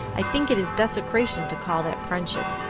i think it is desecration to call that friendship.